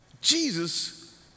Jesus